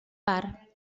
par